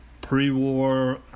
Pre-war